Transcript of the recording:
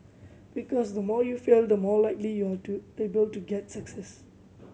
because the more you fail the more likely you are to able to get success